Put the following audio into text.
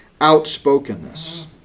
outspokenness